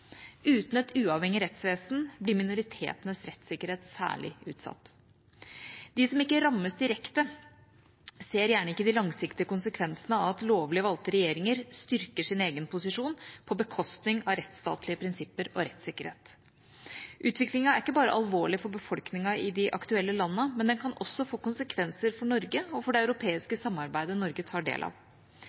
Uten et uavhengig rettsvesen blir minoritetenes rettssikkerhet særlig utsatt. De som ikke rammes direkte, ser gjerne ikke de langsiktige konsekvensene av at lovlig valgte regjeringer styrker sin egen posisjon på bekostning av rettsstatlige prinsipper og rettssikkerhet. Utviklingen er ikke bare alvorlig for befolkningen i de aktuelle landene, den kan også få konsekvenser for Norge og for det europeiske samarbeidet Norge er en del av.